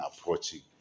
approaching